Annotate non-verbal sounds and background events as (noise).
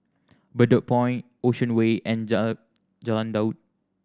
Bedok Point Ocean Way and (unintelligible) Jalan Daud